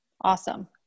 Awesome